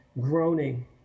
groaning